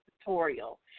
tutorial